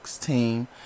team